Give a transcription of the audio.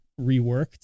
reworked